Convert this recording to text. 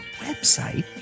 website